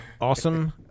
Awesome